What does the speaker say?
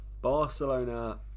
Barcelona